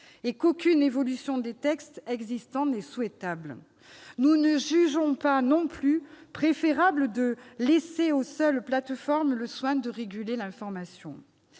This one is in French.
ni qu'aucune évolution des textes existants n'est souhaitable. Nous ne jugeons pas non plus préférable « de laisser aux seules plateformes le soin de réguler l'information